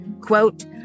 quote